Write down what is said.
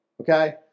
Okay